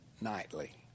nightly